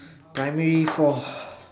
primary four